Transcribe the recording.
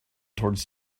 towards